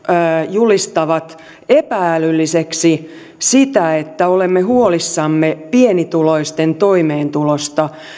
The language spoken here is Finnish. julistavat epä älylliseksi sitä että olemme huolissamme pienituloisten toimeentulosta